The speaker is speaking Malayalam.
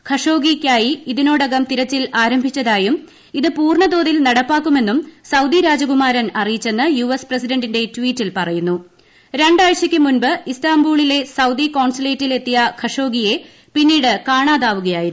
ഖഷോഗിക്കായി ഇതിനോടകം തിരച്ചിൽ ആരംഭിച്ചതായും ഇത് പൂർണ്ണ തോതിൽ നടപ്പാക്കുമെന്നും സൌദി രാജകുമാരൻ അറിയിച്ചെന്ന് യു എസ് പ്രസിഡന്റിന്റെ ട്വീറ്റിൽ പറയുന്നും ഇസ്താംബൂളിലെ സൌദി കോൺസുർല്ലേറ്റിൽ എത്തിയ ഖഷോഗിയെ പിന്നീട് കാണാതാവുകയായിരുന്നു